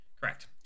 Correct